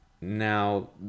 Now